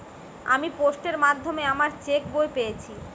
আমি পোস্টের মাধ্যমে আমার চেক বই পেয়েছি